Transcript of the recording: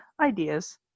ideas